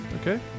Okay